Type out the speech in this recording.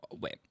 Wait